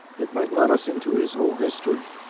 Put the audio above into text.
it might let us into his whole history.